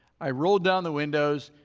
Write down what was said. i rolled down the windows.